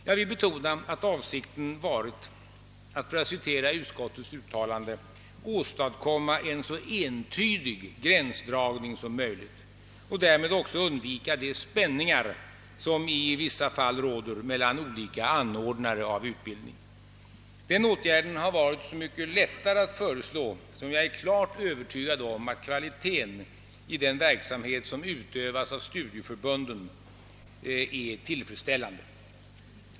Jag vill betona att avsikten varit att, för att citera utskottets uttalande, »åstadkomma en så entydig gränsdragning som möjligt» och därmed också undvika de spänningar som i vissa fall råder mellan olika anordnare av utbildning. Det har varit så mycket lättare att föreslå denna åtgärd som jag är klart övertygad om att kvaliteten i den verksamhet som utövas av studieförbunden är tillfredsställande.